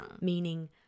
meaning